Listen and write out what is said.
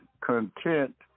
content